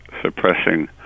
suppressing